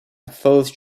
thought